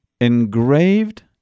engraved